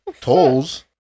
Tolls